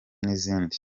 n’izindi